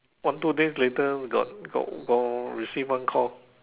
one two days later got got got receive one call